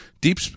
deep